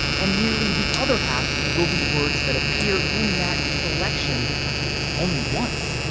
and nearly the other half will be words that appear in that selection only once.